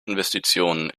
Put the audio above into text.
investitionen